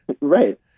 Right